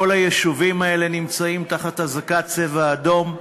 כל היישובים האלה נמצאים תחת אזעקת "צבע אדום".